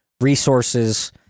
resources